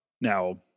Now